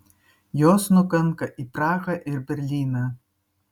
jos nukanka į prahą ir berlyną